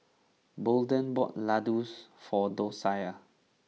Bolden bought Laddu for Doshia